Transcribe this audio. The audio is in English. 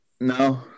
No